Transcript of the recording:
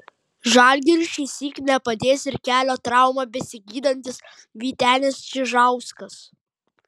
žalgiriui šįsyk nepadės ir kelio traumą besigydantis vytenis čižauskas